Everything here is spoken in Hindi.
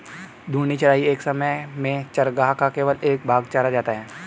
घूर्णी चराई एक समय में चरागाह का केवल एक भाग चरा जाता है